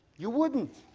you wouldn't.